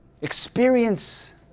Experience